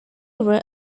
mirror